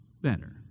better